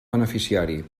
beneficiari